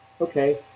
Okay